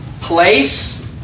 place